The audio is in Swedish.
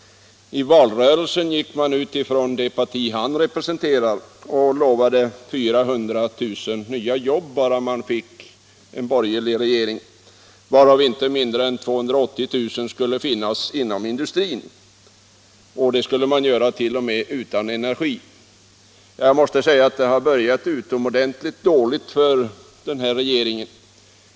I valrörelsen lovade man i det parti som han representerar 400 000 nya jobb, varav inte mindre än 280 000 inom industrin, bara man fick en borgerlig regering. Detta skulle t.o.m. klaras utan energi. Jag måste säga att det har börjat utomordentligt dåligt för den här regeringen.